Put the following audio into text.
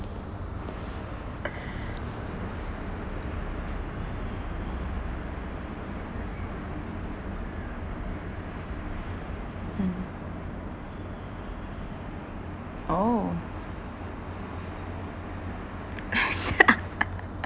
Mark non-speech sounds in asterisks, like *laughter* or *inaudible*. mm oh *laughs*